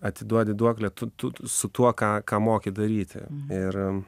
atiduodi duoklę tu tu su tuo ką ką moki daryti ir